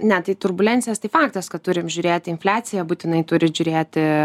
ne tai turbulencijas tai faktas kad turim žiūrėti infliaciją būtinai turit žiūrėti